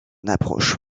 approche